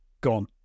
gone